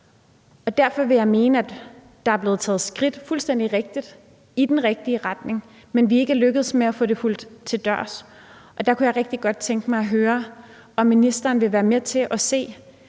for de her ting. Og der er blevet taget skridt, det er fuldstændig rigtigt, i den rigtige retning, men vi er ikke lykkedes med at få det fulgt til dørs. Der kunne jeg rigtig godt tænke mig at høre, om ministeren vil være med til at se